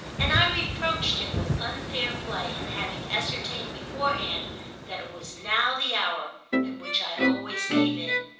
and i reproached him with unfair play in having ascertained beforehand that it was now the hour which i always gave in.